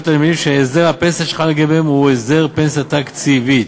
הנמלים שהסדר הפנסיה שחל לגביהם הוא הסדר פנסיה תקציבית.